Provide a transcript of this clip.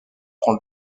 prend